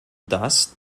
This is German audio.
dass